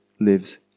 lives